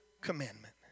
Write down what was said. commandment